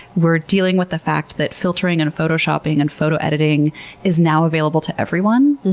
we're dealing with the fact that filtering and photoshopping and photo editing is now available to everyone,